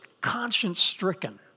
conscience-stricken